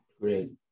great